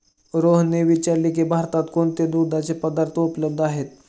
रोहनने विचारले की भारतात कोणते दुधाचे पदार्थ उपलब्ध आहेत?